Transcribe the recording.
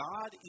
God